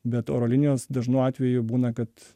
bet oro linijos dažnu atveju būna kad